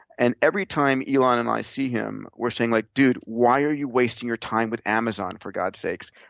and every time elon and i see him, we're saying like, dude, why are you wasting your time with amazon, for god's sakes?